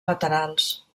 laterals